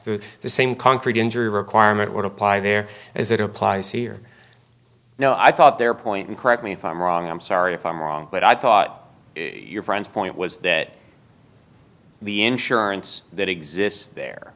through the same concrete injury requirement would apply there as it applies here no i thought their point and correct me if i'm wrong i'm sorry if i'm wrong but i thought your friend's point was that the insurance that exists there